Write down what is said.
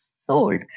sold